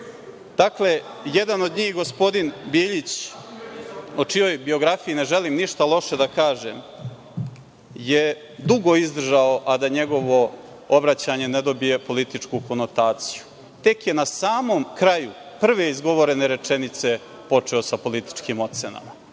nisu. Dakle, jedan od njih, gospodin Biljić, o čijoj biografiji ne želim ništa loše da kažem, je dugo izdržao, a da njegovo obraćanje ne dobije političku konotaciju. Tek je na samom kraju prve izgovorene rečenice počeo sa političkim ocenama.